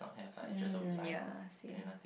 mm ya same